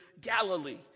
Galilee